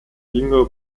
jüngere